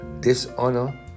dishonor